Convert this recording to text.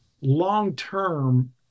long-term